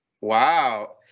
Wow